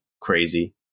crazy